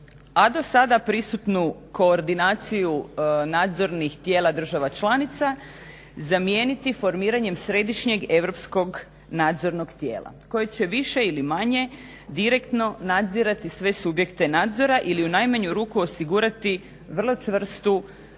a do sada prisutnu koordinaciju nadzornih tijela država članica zamijeniti formiranjem središnjeg europskog nadzornog tijela koje će više ili manje direktno nadzirati sve subjekte nadzora ili u najmanju ruku osigurati vrlo čvrstu